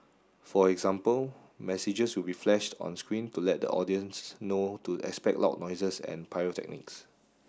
for example messages will be flashed on screen to let the audiences know to expect loud noises and pyrotechnics